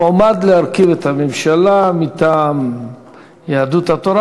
המועמד להרכיב את הממשלה מטעם יהדות התורה,